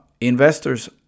Investors